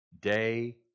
day